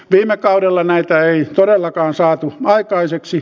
viime kaudella näitä ei todellakaan saatu aikaan